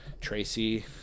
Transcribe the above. Tracy